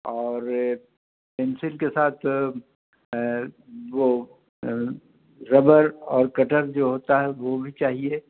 اور پینسل کے ساتھ وہ ربر اور کٹر جو ہوتا ہے وہ بھی چاہیے